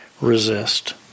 resist